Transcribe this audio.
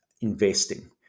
investing